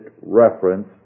reference